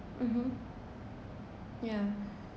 mmhmm yeah